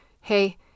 hey